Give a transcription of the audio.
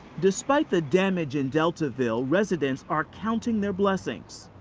despite the damage in deltaville, residents are counting their blessings.